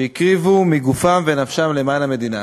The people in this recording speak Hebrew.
שהקריבו מגופם ונפשם למען המדינה.